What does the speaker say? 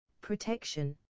protection